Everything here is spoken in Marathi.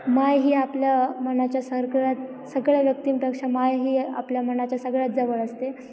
माय ही आपल्या मनाच्या सगळ्यात सगळ्या व्यक्तींपेक्षा माय ही आपल्या मणाच्या सगळ्यात जवळ असते